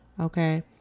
Okay